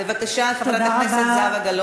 בבקשה, חברת הכנסת גלאון.